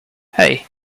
hei